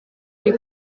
ari